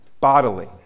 bodily